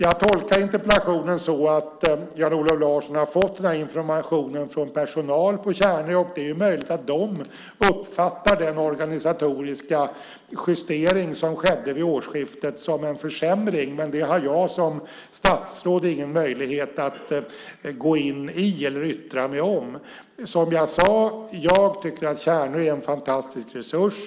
Jag tolkar interpellationen så att Jan-Olof Larsson har fått sin information från personal på Tjärnö. Det är möjligt att de uppfattar den organisatoriska justering som skedde vid årsskiftet som en försämring, men det har jag som statsråd ingen möjlighet att gå in i eller yttra mig om. Jag tycker, som sagt, att Tjärnö är en fantastisk resurs.